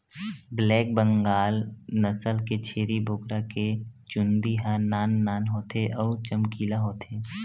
black Bengal नसल के छेरी बोकरा के चूंदी ह नान नान होथे अउ चमकीला होथे